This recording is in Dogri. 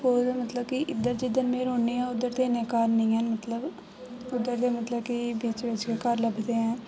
ओह् मतलब की इद्धर जिद्धर में रौह्न्नी आं इद्धर ते इ'न्ने घर निं हैन मतलब उद्धर ते मतलब की बिच बिच गै घर लभदे हैन